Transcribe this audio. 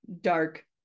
dark